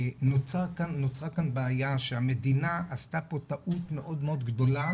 נוצרה כאן בעיה שהמדינה עשתה פה טעות מאוד מאוד גדולה.